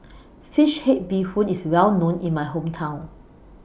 Fish Head Bee Hoon IS Well known in My Hometown